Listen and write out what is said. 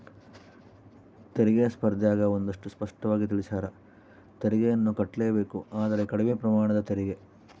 ತೆರಿಗೆ ಸ್ಪರ್ದ್ಯಗ ಒಂದಷ್ಟು ಸ್ಪಷ್ಟವಾಗಿ ತಿಳಿಸ್ಯಾರ, ತೆರಿಗೆಯನ್ನು ಕಟ್ಟಲೇಬೇಕು ಆದರೆ ಕಡಿಮೆ ಪ್ರಮಾಣದ ತೆರಿಗೆ